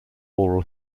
oral